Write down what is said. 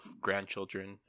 grandchildren